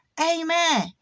Amen